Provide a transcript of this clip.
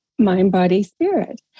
mind-body-spirit